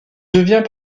devient